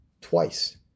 Twice